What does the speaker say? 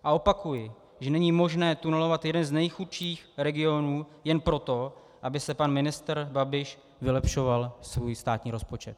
A opakuji, že není možné tunelovat jeden z nejchudších regionů jen proto, aby si pan ministr Babiš vylepšoval svůj státní rozpočet.